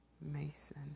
Mason